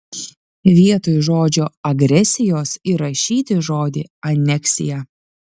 vietoj žodžio agresijos įrašyti žodį aneksija